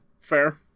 Fair